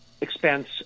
Expense